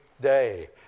day